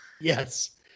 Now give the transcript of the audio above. Yes